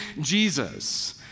Jesus